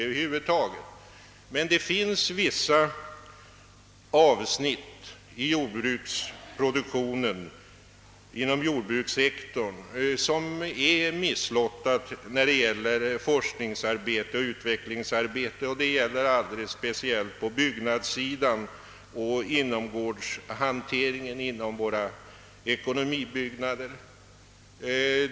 Vissa avsnitt inom jordbrukssektorn är emellertid missgynnade beträffande forskningsoch utvecklingsarbetet; det gäller speciellt byggnadssidan och inomgårdshanteringen i fråga om ekonomibyggnader.